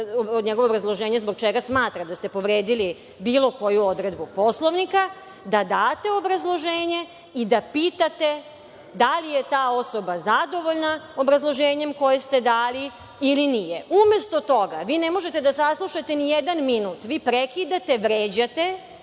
njegovo obrazloženje zbog čega smatrate da ste povredili bilo koju odredbu Poslovnika, da date obrazloženje i da pitate da li je ta osoba zadovoljna obrazloženjem koje ste dali ili nije. Umesto toga, vi ne možete da saslušate nijedan minut, vi prekidate, vređate,